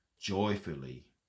joyfully